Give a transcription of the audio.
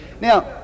Now